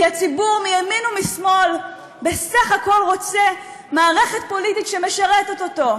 כי הציבור מימין ומשמאל בסך הכול רוצה מערכת פוליטית שמשרתת אותו.